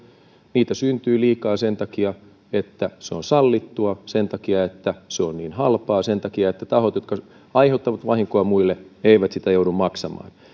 niitä syntyy liikaa sen takia että se on sallittua sen takia että se on niin halpaa sen takia että tahot jotka aiheuttavat vahinkoa muille eivät sitä joudu maksamaan